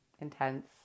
intense